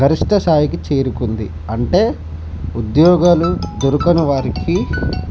గరిష్ట స్థాయికి చేరుకుంది అంటే ఉద్యోగాలు దొరకని వారికి